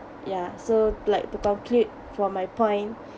ya so like to conclude for my point